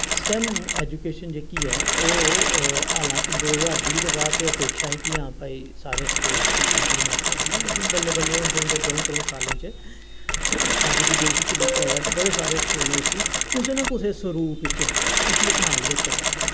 stem education जेह्की ऐ ओह् हालांके दो ज्हार बीह् दे बाद ते अपेक्षा ऐ कि हां भाई सारे स्कूल इसी इंपलिमैंट करी लैन लेकिन बल्लें बल्लें होंदे होंदे द'ऊं त्र'ऊं साल्लें च अज्ज दी डेट च दिक्खेआ जाए ते बड़े सारे स्कूलें इसी कुसै ना कुसै सरूप च इसी अपनाई लैते दा ऐ